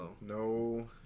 No